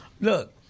Look